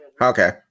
Okay